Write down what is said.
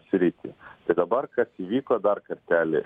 sritį tai dabar kas įvyko dar kartelį